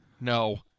no